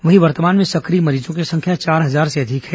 वहीं वर्तमान में सक्रिय मरीजों की संख्या चार हजार से अधिक है